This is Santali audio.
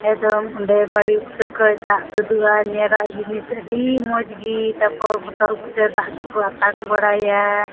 ᱮᱠᱫᱚᱢ ᱚᱸᱰᱮ ᱵᱟᱲᱮ ᱵᱩᱴᱟᱹ ᱠᱷᱚᱱ ᱫᱟᱜ ᱛᱩᱫᱩᱜᱼᱟ ᱧᱮᱞᱟᱜ ᱡᱤᱱᱤᱥ ᱟᱹᱰᱤ ᱢᱚᱡᱽ ᱜᱮ ᱛᱟᱯᱚᱨ ᱵᱚᱛᱚᱞ ᱠᱚᱛᱮ ᱫᱟᱜ ᱫᱚᱠᱚ ᱟᱛᱟᱝ ᱵᱟᱲᱟᱭᱟ